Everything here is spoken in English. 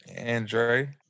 Andre